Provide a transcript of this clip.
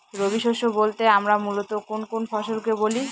রবি শস্য বলতে আমরা মূলত কোন কোন ফসল কে বলি?